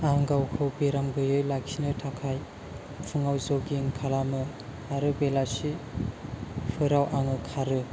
आं गावखौ बेराम गैयै खालामनो थाखाय फुङाव जगिं खालामो आरो बेलासिफोराव आङो खारो